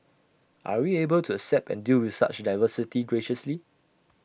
are we able to accept and deal with such diversity graciously